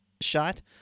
shot